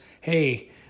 hey